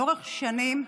לאורך שנים,